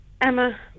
Emma